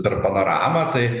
per panoramą tai